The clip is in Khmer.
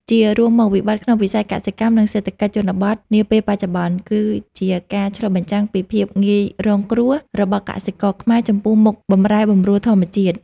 ជារួមមក វិបត្តិក្នុងវិស័យកសិកម្ម និងសេដ្ឋកិច្ចជនបទនាពេលបច្ចុប្បន្ន គឺជាការឆ្លុះបញ្ចាំងពីភាពងាយរងគ្រោះរបស់កសិករខ្មែរចំពោះមុខបម្រែបម្រួលធម្មជាតិ។